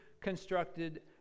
constructed